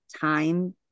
time